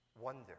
wonder